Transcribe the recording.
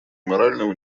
морального